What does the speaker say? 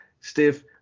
stiff